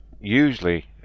Usually